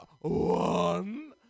one